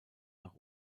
nach